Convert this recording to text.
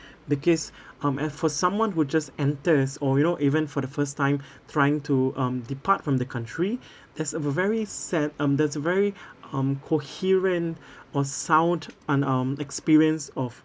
the case um and for someone who just enters or you know even for the first time trying to um depart from the country that's a very sad um that's very um coherent or south and um experience of